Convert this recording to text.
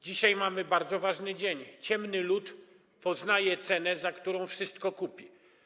Dzisiaj mamy bardzo ważny dzień: ciemny lud poznaje cenę, za którą wszystko kupi.